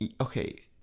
okay